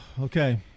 Okay